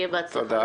תודה.